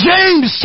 James